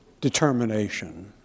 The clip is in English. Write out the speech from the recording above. determination